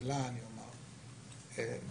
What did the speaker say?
כי